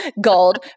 gold